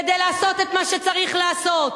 כדי לעשות את מה שצריך לעשות.